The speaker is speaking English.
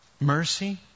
mercy